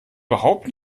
überhaupt